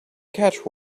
catch